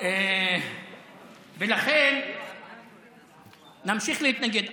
ולכן נמשיך להתנגד.